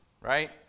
right